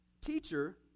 Teacher